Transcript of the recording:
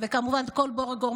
עם שיודע שאין לו שום ברירה אחרת,